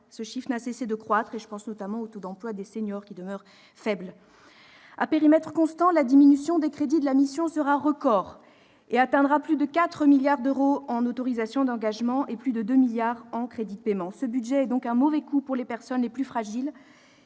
il n'a cessé de croître. Je pense notamment au taux d'emploi des seniors, qui demeure faible. À périmètre constant, la diminution des crédits de la mission sera record : elle atteindra plus de 4 milliards d'euros en autorisations d'engagement et plus de 2 milliards d'euros en crédits de paiement. Ce budget est donc un mauvais coup pour les personnes les plus fragiles.